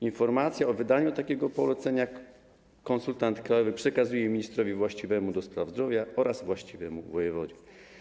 Informację o wydaniu takiego polecenia konsultant krajowy przekazuje ministrowi właściwemu ds. zdrowia oraz właściwemu wojewodzie.